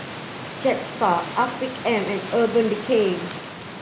Jetstar Afiq M and Urban Decay